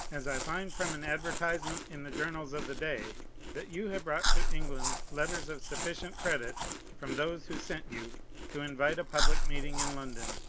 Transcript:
as i find from an adver tisement in the journals of the day that you have brought to england letters of sufficient credit from those who sent you to invite a public meeting in london,